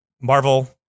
Marvel